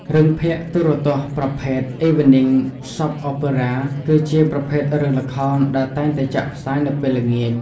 រឿងភាគទូរទស្សន៍ប្រភេទ Evening Soap Opera គឺជាប្រភេទរឿងល្ខោនដែលតែងតែចាក់ផ្សាយនៅពេលល្ងាច។